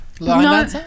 No